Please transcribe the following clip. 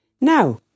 Now